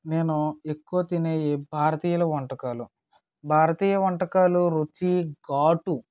నేను ఎక్కువ తినే ఈ భారతీయుల వంటకాలు భారతీయ వంటకాలు రుచి ఘాటు